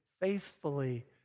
faithfully